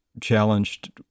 challenged